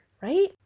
right